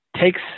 takes